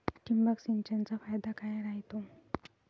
ठिबक सिंचनचा फायदा काय राह्यतो?